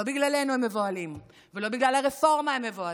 לא בגללנו הם מבוהלים ולא בגלל הרפורמה הם מבוהלים,